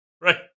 right